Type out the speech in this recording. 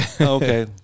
Okay